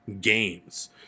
games